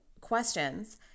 questions